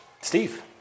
Steve